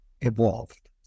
evolved